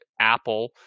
Apple